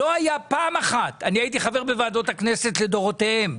אני הייתי חבר בוועדות הכנסת לדורותיהם.